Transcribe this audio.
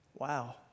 Wow